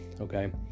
okay